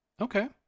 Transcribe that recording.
Okay